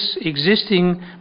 existing